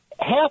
Half